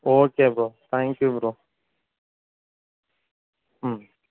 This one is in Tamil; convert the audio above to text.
okay bro thank you bro ம்